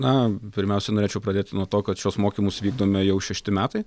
na pirmiausia norėčiau pradėti nuo to kad šiuos mokymus vykdome jau šešti metai